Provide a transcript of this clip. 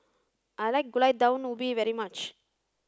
I like Gulai Daun Ubi very much